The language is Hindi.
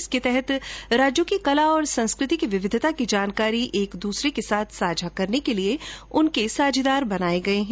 इसके तहत राज्यों की कला और संस्कृति की विविधता की जानकारी एक दूसरे के साथ साझा करने के लिए उनके जोड़े बनाए गए हैं